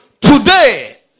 Today